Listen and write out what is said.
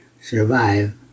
survive